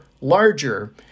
larger